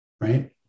right